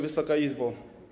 Wysoka Izbo!